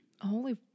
Holy